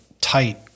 tight